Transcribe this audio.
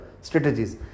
strategies